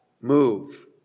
move